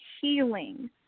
healing